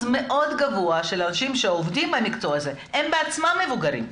מאוד גבוה של אנשים שעובדים במקצוע הזה הם בעצמם מבוגרים?